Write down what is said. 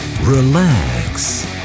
relax